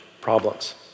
problems